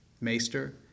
maester